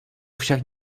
však